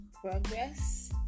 progress